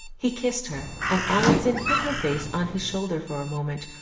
he kissed her, and alison hid her face on his shoulder for a moment,